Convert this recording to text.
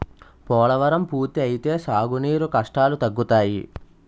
పోలవరం పూర్తి అయితే సాగు నీరు కష్టాలు తగ్గుతాయి